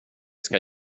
ska